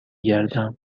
گردم